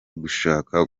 gushaka